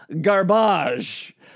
garbage